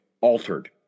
altered